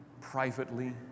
privately